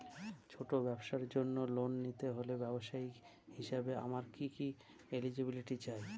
ছোট ব্যবসার জন্য লোন নিতে হলে ব্যবসায়ী হিসেবে আমার কি কি এলিজিবিলিটি চাই?